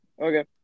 Okay